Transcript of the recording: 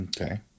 Okay